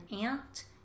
ant